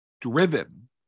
driven